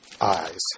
eyes